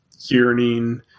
yearning